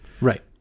Right